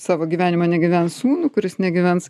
savo gyvenimo negyvens sūnų kuris negyvens